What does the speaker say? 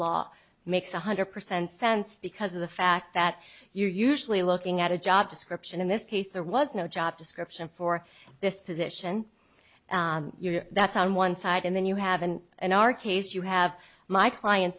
law makes one hundred percent sense because of the fact that you're usually looking at a job description in this case there was no job description for this position that's on one side and then you haven't in our case you have my client